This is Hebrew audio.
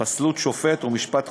פסלות שופט ומשפט חוזר.